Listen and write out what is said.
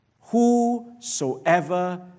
Whosoever